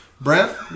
Brent